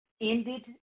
ended